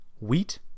Wheat